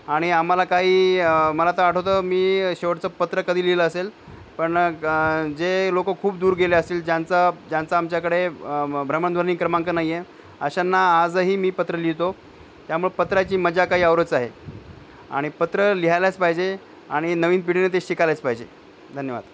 आणि आम्हाला काही मला तर आठवतं मी शेवटचं पत्र कधी लिहिलं असेल पण जे लोकं खूप दूर गेले असेल ज्यांचा ज्यांचा आमच्याकडे भ्रमणध्वनी क्रमांक नाही आहे अशांना आजही मी पत्र लिहितो त्यामुळे पत्राची मजा काही औरच आहे आणि पत्र लिहायलाच पाहिजे आणि नवीन पिढीने ते शिकायलाच पाहिजे धन्यवाद